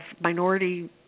minority